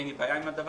אין לי בעיה עם זה,